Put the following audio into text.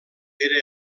era